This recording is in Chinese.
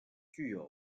具有